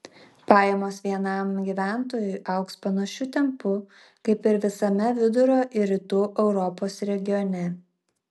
pajamos vienam gyventojui augs panašiu tempu kaip ir visame vidurio ir rytų europos regione